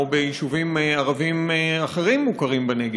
כמו ביישובים ערביים אחרים מוכרים בנגב,